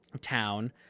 town